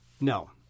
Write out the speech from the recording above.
No